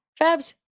Fabs